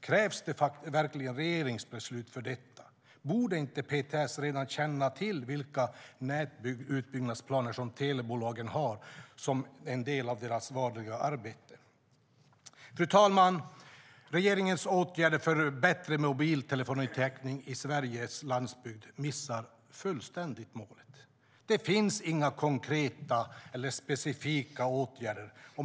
Krävs det verkligen ett regeringsbeslut för detta? Borde inte PTS redan känna till vilka nätutbyggnadsplaner som telebolagen har som en del av sitt vanliga arbete? Fru talman! Regeringens åtgärder för en bättre mobiltelefonitäckning på Sveriges landsbygd missar fullständigt målet. Det finns inga konkreta eller specifika åtgärder.